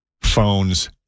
phones